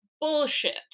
bullshit